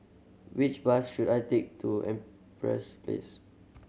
which bus should I take to Empress Place